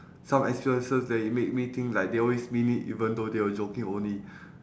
some experiences that it made me think like they always mean it even though they were joking only